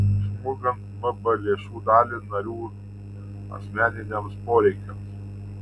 išmokant mb lėšų dalį narių asmeniniams poreikiams